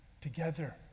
Together